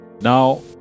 Now